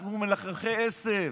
אנחנו מלחכי עשב.